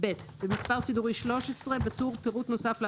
במספר סידורי 13, בטור "פירוט נוסף לעבירה"